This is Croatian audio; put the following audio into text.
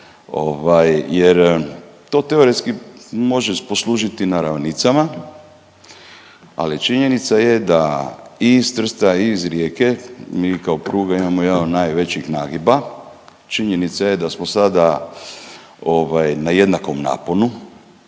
jer to teoretski može poslužiti na ravnicama. Ali činjenica je da i iz Trsta i iz Rijeke mi kao pruga imamo jedan od najvećih nagiba. Činjenica je da smo sada na jednakom naponu